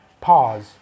Pause